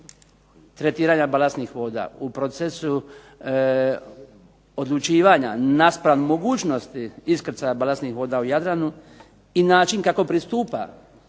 tretiranja balastnih voda, u procesu odlučivanja naspram mogućnosti iskrcaja balastnih voda u Jadranu i način kako pristupa